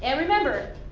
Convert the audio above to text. and remember,